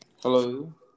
Hello